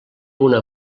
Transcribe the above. una